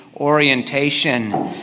Orientation